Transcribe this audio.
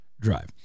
Drive